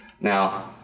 Now